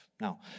Now